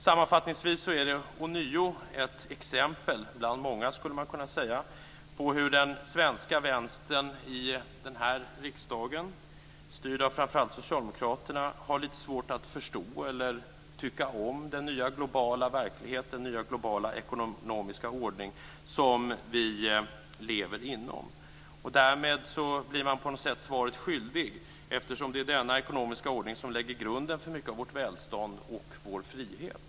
Sammanfattningsvis är det ånyo ett exempel, bland många, på hur den svenska vänstern i den här riksdagen, styrd av framför allt Socialdemokraterna, har svårt att förstå eller tycka om den nya globala verklighet, den nya globala ekonomiska ordning, som vi lever inom. Därmed blir man på något sätt svaret skyldig, eftersom det är denna ekonomiska ordning som lägger grunden för mycket av vårt välstånd och vår frihet.